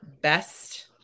best